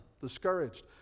discouraged